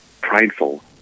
prideful